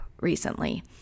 recently